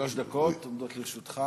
שלוש דקות עומדות לרשותך,